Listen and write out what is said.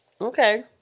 Okay